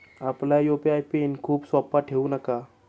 आपला UPI PIN खूप सोपा ठेवू नका